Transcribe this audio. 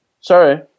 Sorry